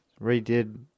redid